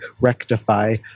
rectify